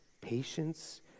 patience